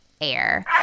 air